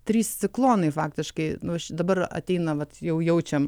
trys ciklonai faktiškai nu čia dabar ateina vat jau jaučiam